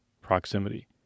proximity